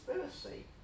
conspiracy